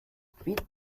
feed